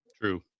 True